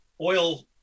Oil